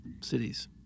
cities